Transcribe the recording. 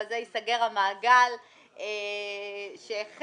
בזה ייסגר המעגל שהחל,